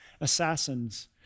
assassins